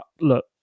look